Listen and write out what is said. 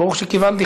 ברוך שכיוונתי,